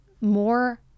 more